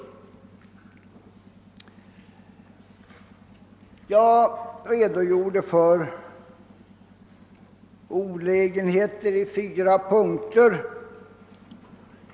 Jag redogjorde för olägenheter i fyra punkter.